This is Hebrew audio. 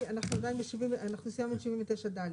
אנחנו סיימנו את 79 ד'.